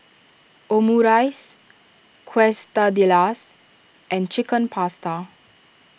Omurice Quesadillas and Chicken Pasta